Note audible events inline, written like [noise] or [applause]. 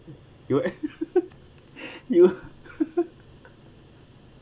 you [laughs] you [laughs]